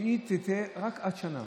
שהיא תהיה רק עד שנה.